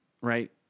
Right